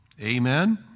Amen